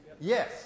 Yes